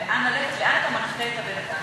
לאן ללכת,